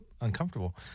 uncomfortable